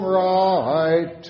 right